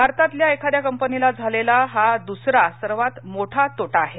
भारतातल्या एखाद्या कंपनीला झालेला हा दुसरा सर्वात मोठा तोटा आहे